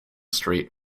street